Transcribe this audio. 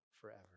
forever